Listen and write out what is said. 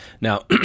Now